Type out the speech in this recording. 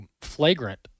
flagrant